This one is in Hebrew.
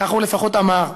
כך הוא לפחות אמר.